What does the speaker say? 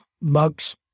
mugs